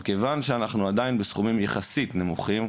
כיוון שאנחנו עדיין בסכומים יחסית נמוכים.